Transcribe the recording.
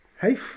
Hey